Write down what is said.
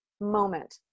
moment